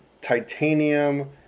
titanium